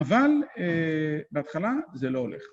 אבל, אה... בהתחלה, זה לא הולך.